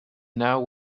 now